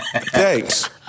Thanks